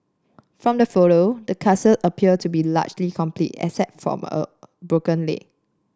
from the photo the appeared to be largely complete except from a broken